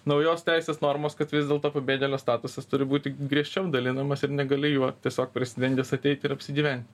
naujos teisės normos kad vis dėlto pabėgėlio statusas turi būti griežčiau dalinamas ir negali juo tiesiog prisidengęs ateiti ir apsigyventi